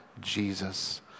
Jesus